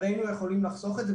אז היינו יכולים לחסוך את זה,